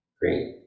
great